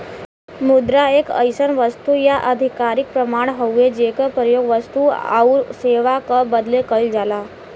मुद्रा एक अइसन वस्तु या आधिकारिक प्रमाण हउवे जेकर प्रयोग वस्तु आउर सेवा क बदले कइल जाला